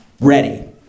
ready